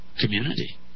community